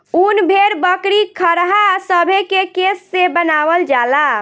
उन भेड़, बकरी, खरहा सभे के केश से बनावल जाला